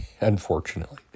unfortunately